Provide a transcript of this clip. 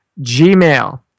Gmail